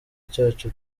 cyacu